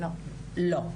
לא.